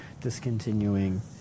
discontinuing